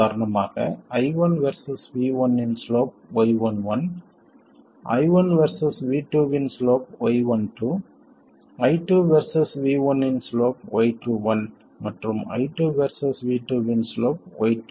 உதாரணமாக I1 versus V1 இன் slope y11 I1 versus V2 இன் slope y12 I2 versus V1 இன் slope y21 மற்றும் I2 வெர்சஸ் V2 இன் சிலோப் y22